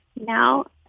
now